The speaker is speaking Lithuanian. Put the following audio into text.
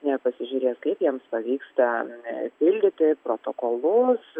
jie pasižiūrės kaip jiems pavyksta pildyti protokolus